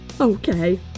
Okay